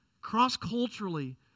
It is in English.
cross-culturally